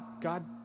God